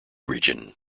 region